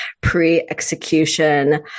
pre-execution